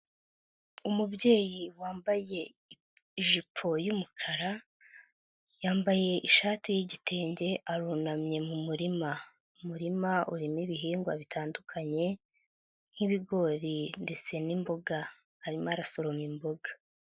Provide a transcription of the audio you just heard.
Umubyeyi wambaye ijipo y'umukara, yambaye ishati y'igitenge arunamye mu murima, umurima urimo ibihingwa bitandukanye, nk'ibigori ndetse n'imboga, arimo arasoroma imboga.